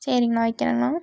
சரிங்கண்ணா வக்கிறேங்கண்ணா